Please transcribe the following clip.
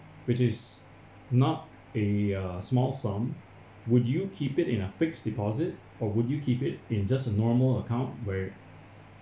which is not a a small sum would you keep it in a fixed deposit or would you keep it in just a normal account where